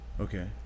Okay